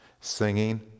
singing